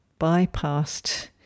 bypassed